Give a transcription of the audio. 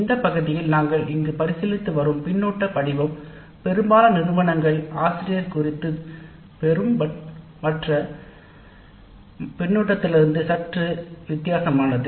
இந்த பகுதியில் நாங்கள் இங்கு பரிசீலித்து வரும் பின்னூட்ட படிவம் மற்ற பின்னூட்டத்திலிருந்து சற்று வித்தியாசமானது